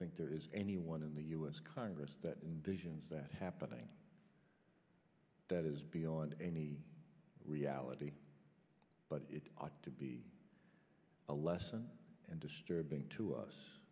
think there is anyone in the us congress decisions that happening that is beyond any reality but it ought to be a lesson and disturbing to us